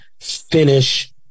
Finish